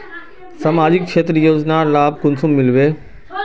सामाजिक क्षेत्र योजनार लाभ कुंसम मिलबे?